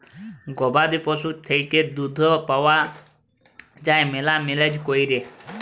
গবাদি পশুর থ্যাইকে দুহুদ পাউয়া যায় ম্যালা ম্যালেজ ক্যইরে